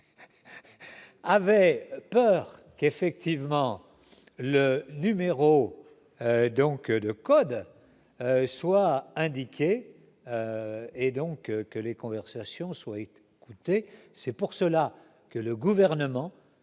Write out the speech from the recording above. avait peur qu'effectivement le numéro donc le code soit indiqué et donc que les conversations soient et coûté, c'est pour cela que le gouvernement